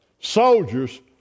soldiers